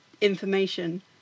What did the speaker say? information